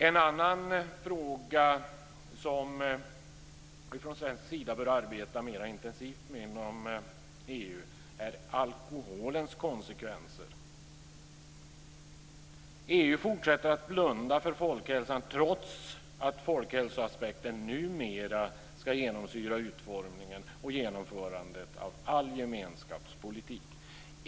En annan fråga som vi från svensk sida bör arbeta mer intensivt med inom EU är alkoholens konsekvenser. EU fortsätter att blunda för folkhälsan trots att folkhälsoaspekten numera ska genomsyra utformningen och genomförandet av all gemenskapspolitik.